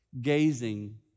gazing